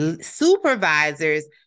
Supervisors